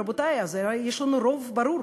רבותי, אז יש לנו רוב ברור.